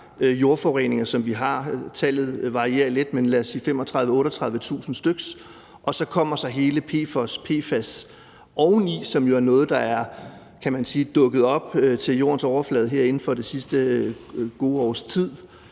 jordforureninger, som vi har. Tallet varierer lidt, men lad os sige, at det drejer sig om 35.000-38.000 styks, og så kommer der PFOS og PFAS oveni, som jo er noget, der er dukket op til jordens overflade her inden for det sidste godt et års tid.